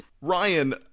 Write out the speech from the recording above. Ryan